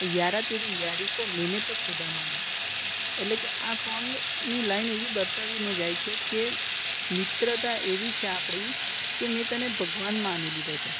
યારા તેરી યારી કો મેને તો ખુદા માના એટલે કે આ સોંગની લાઇન એવું દર્શાવીને જાય છે કે મિત્રતા એવી છે આપણી કે મેં તને ભગવાન માની લીધા છે